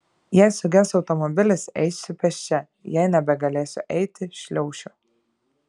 jei suges automobilis eisiu pėsčia jei nebegalėsiu eiti šliaušiu